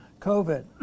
COVID